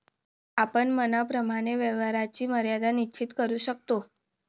आपण मनाप्रमाणे व्यवहाराची मर्यादा निश्चित करू शकतो